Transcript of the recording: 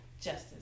justice